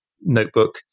notebook